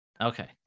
okay